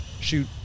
shoot